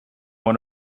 one